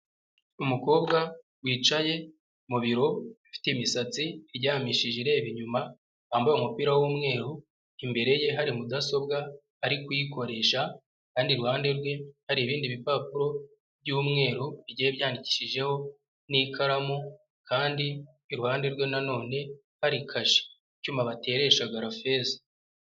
Umukobwa wicaye mu biro ufite imisatsi iryamishije ireba inyuma, yambaye umupira w'umweru, imbere ye hari mudasobwa ari kuyikoresha kandi iruhande rwe hari ibindi bipapuro by'umweru rye byandikishijeho n'ikaramu kandi iruhande rwe nan none hari kashe icyuma batereshaga feza.